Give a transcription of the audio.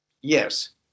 Yes